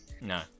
No